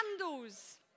candles